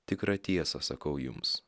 tikrą tiesą sakau jums